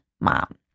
mom